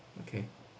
okay